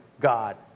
God